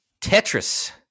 Tetris